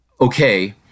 Okay